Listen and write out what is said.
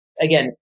again